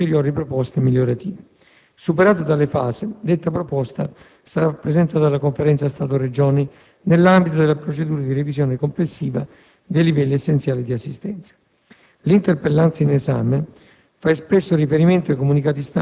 direttamente interessate al fine di raccogliere e, nel caso, recepire ulteriori proposte migliorative. Superata tale fase, detta proposta sarà presentata alla Conferenza Stato-Regioni nell'ambito della procedura di revisione complessiva dei livelli essenziali di assistenza.